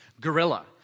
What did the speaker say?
guerrilla